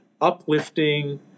uplifting